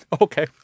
Okay